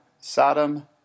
Sodom